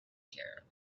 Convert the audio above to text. care